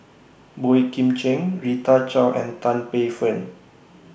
Boey Kim Cheng Rita Chao and Tan Paey Fern